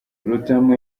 rutamu